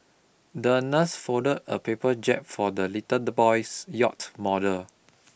the nurse folded a paper jib for the little boy's yacht model